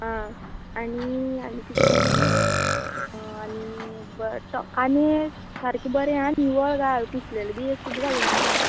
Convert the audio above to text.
आं आनी आनी कितें आनी आनी बट कांदे सारके बरें आं निवळ घाल कुसलेले एक बी एक सुद्दां घालूं नाका